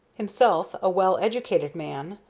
himself a well-educated man,